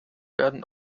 werden